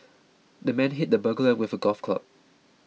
the man hit the burglar with a golf club